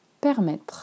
Permettre